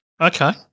Okay